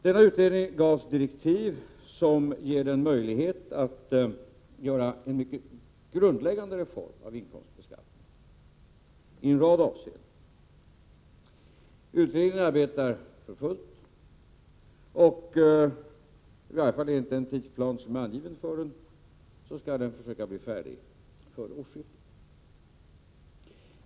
Denna utredning gavs direktiv som ger den möjlighet att göra en grundläggande reform av inkomstbeskattningen i en rad avseenden. Utredningen arbetar för fullt, och i varje fall enligt den tidsplan som finns angiven skall den försöka bli färdig före årsskiftet.